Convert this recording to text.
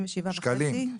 37.5. שקלים.